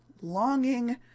longing